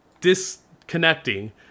disconnecting